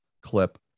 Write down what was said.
clip